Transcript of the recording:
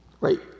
Right